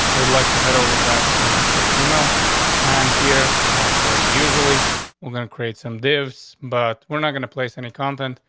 i would like to head over back to indexation email on and here, like already. usually we're gonna create some dave's, but we're not gonna place any content,